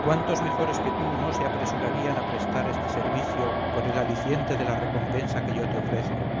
cuántos mejores que tú no se apresurarían a prestar este servicio por el aliciente de la recompensa que yo te ofrezco